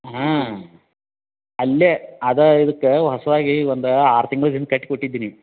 ಹಾಂ ಅಲ್ಲೇ ಅದು ಇದಕ್ಕೆ ಹೊಸದಾಗಿ ಒಂದು ಆರು ತಿಂಗ್ಳ ಹಿಂದೆ ಕಟ್ಟಿ ಕೊಟ್ಟಿದ್ದೆ ನೀ